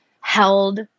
held